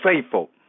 faithful